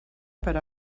per